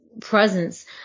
Presence